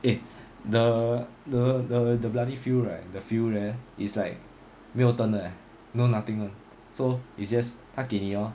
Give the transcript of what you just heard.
eh the the the the bloody field right the field there it's like 没有灯的 eh no nothing one so it's just 他给你哦